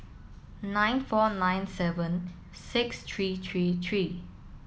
nine four nine seven six three three three